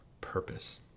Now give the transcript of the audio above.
purpose